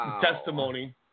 testimony